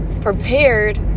prepared